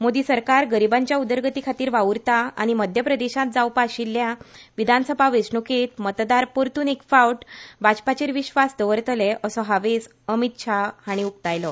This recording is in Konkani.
मोदी सरकार गरीबांच्या उदरगती खातीर वावूरता आनी मध्य प्रदेशात जावपा आशिल्ल्या विधानसभा वेचणुकेत मतदार परतून एक फावट भाजपाचेर विश्वास दवरतले असो हावेस अमीत शहा हाणी उकतायलो